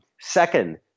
Second